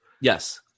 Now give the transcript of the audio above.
Yes